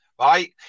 Right